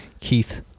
Keith